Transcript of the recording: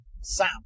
Sam